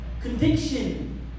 Conviction